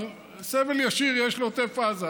אבל סבל ישיר יש לעוטף עזה.